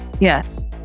yes